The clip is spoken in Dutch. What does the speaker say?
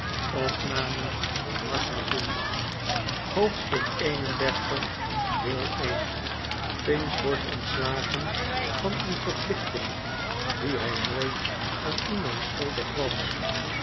hoofdstuk xxxi pinch wordt ontslagen van een verplichting die hij nooit aan iemand schuldig was